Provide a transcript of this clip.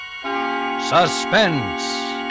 Suspense